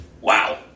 wow